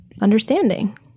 understanding